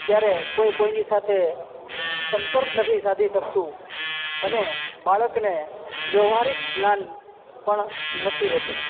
ત્યારે કોઈ કોઈની સાથે સંપર્ક નથી સાધી શકતું અને બાળકને વ્યવહારિક જ્ઞાન પણ નથી રહેતું